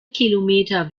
kilometer